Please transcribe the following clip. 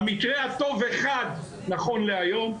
במקרה הטוב אחד נכון להיום.